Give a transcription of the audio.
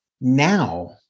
Now